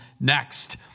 next